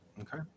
Okay